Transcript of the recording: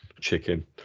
Chicken